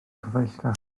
cyfeillgar